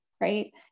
right